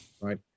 right